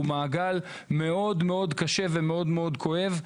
מעגל מאוד מאוד קשה ומאוד מאוד כואב.